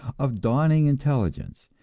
of dawning intelligence,